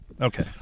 Okay